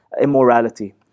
immorality